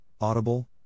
Audible